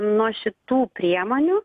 nuo šitų priemonių